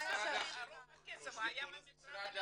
רוב הכסף היה ממשרד העלייה והקליטה.